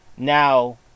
Now